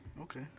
Okay